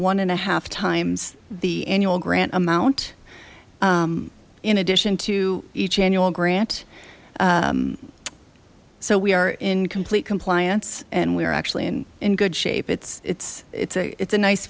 one and a half times the annual grant amount in addition to each annual grant so we are in complete compliance and we are actually in in good shape it's it's it's a it's a nice